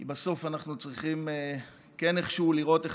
כי בסוף אנחנו צריכים כן איכשהו לראות איך